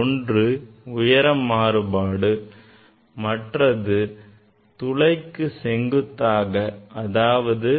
ஒன்று உயர மாறுபாடு மற்றது துளைக்கு செங்குத்தாக அதாவது